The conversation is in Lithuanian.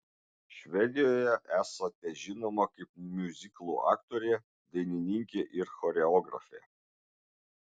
švedijoje esate žinoma kaip miuziklų aktorė dainininkė ir choreografė